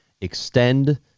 extend